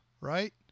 right